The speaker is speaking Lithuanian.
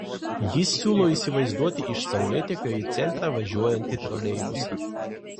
jis siūlo įsivaizduoti iš saulėtekio į centrą važiuojantį troleibusą